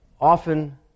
often